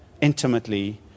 intimately